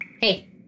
hey